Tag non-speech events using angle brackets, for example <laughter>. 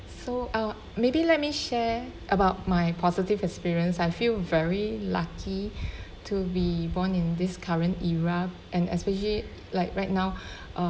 so uh maybe let me share about my positive experience I feel very lucky <breath> to be born in this current era and especially like right now <breath> uh